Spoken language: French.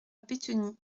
bétheny